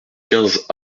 quinze